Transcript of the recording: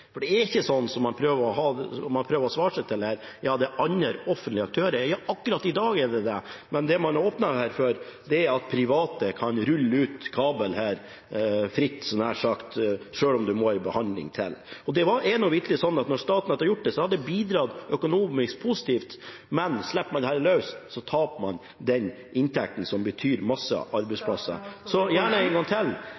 er andre offentlige aktører. Ja, akkurat i dag er det det, men det man åpner for, er at private nær sagt kan rulle ut kabel fritt, selv om det må en behandling til. Det er vitterlig slik at når Statnett har gjort det, har det bidratt positivt økonomisk, men slipper man dette løs, taper man den inntekten, som betyr